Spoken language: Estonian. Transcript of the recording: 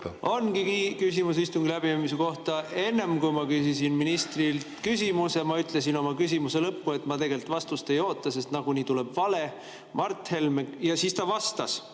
Ongi küsimus istungi läbiviimise kohta. Enne, kui ma küsisin ministrilt küsimuse, ma ütlesin oma küsimuse lõppu, et ma tegelikult vastust ei oota, sest nagunii tuleb vale. Ja siis ta vastas,